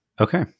Okay